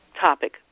topic